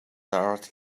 tart